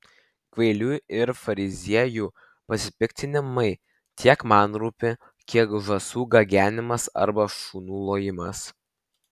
kvailių ir fariziejų pasipiktinimai tiek man rūpi kiek žąsų gagenimas arba šunų lojimas